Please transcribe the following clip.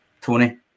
Tony